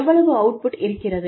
எவ்வளவு output இருக்கிறது